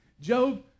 Job